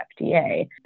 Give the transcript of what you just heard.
FDA